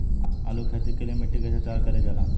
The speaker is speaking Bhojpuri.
आलू की खेती के लिए मिट्टी कैसे तैयार करें जाला?